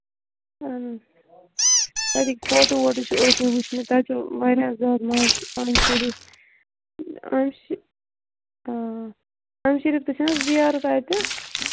اۭں تتیِکۍ فوٹو ووٹو چھِ ٲسۍ مےٚ وٕچھمٕتۍ تَتہِ چھُ واریاہ زیادٕ مَزٕ اَمہِ شریٖف اَمہِ آ اَمہٕ شریٖف تہِ چھِےٚ نہ حظ زِیارٕ تَتہِ